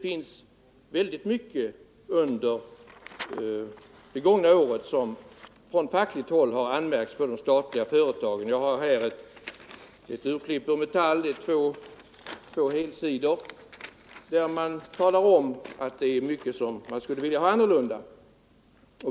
Under det gångna året har man från fackligt håll anmärkt väldigt mycket på statliga företag. Jag har här ett urklipp från tidningen Metallarbetaren — det är på två helsidor — där man talar om att det är mycket som man skulle vilja ha annorlunda.